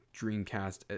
Dreamcast